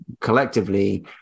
collectively